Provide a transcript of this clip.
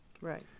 Right